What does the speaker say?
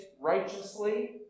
righteously